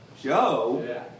Joe